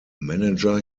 manager